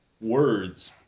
words